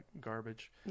garbage